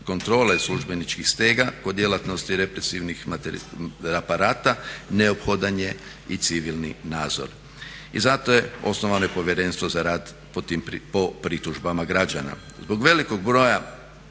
kontrola i službeničkih stega kod djelatnosti represivnih aparata neophodan je i civilni nadzor. I zato je osnovano Povjerenstvo za rad po pritužbama građana. Zbog velikog broja